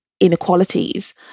inequalities